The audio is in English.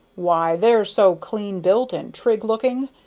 why, they're so clean-built and trig-looking!